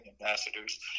ambassadors